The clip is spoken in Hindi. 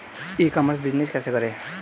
ई कॉमर्स बिजनेस कैसे करें?